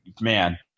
man